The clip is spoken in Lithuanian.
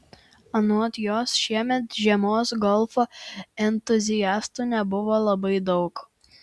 anot jos šiemet žiemos golfo entuziastų nebuvo labai daug